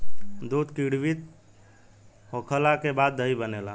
दूध किण्वित होखला के बाद दही बनेला